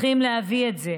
צריכים להביא את זה.